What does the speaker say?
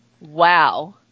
Wow